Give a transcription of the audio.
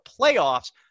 playoffs